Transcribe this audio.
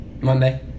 Monday